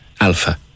Alpha